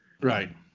Right